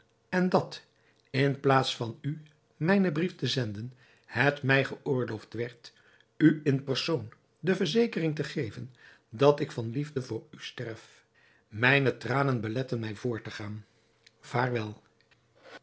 en dat in plaats van u mijnen brief te zenden het mij geoorloofd werd u in persoon de verzekering te geven dat ik van liefde voor u sterf mijne tranen beletten mij voort te gaan vaarwel